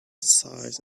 size